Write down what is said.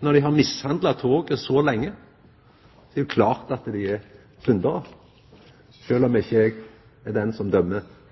Når dei har mishandla toget så lenge, er det jo klart at dei er syndarar, sjølv om eg ikkje er han som dømmer i dei sakene! Eg